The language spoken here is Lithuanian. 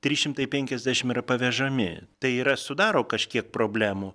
trys šimtai penkiasdešim yra pavežami tai yra sudaro kažkiek problemų